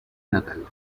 natal